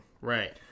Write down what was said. Right